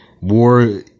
war